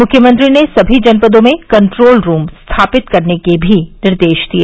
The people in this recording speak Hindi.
मुख्यमंत्री ने समी जनपदों में कंट्रोल रूम स्थापित करने के भी निर्देश दिए